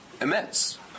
immense